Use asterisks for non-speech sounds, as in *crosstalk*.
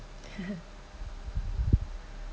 *laughs*